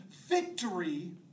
victory